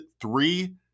three